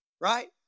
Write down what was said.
right